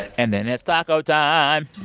and then it's taco time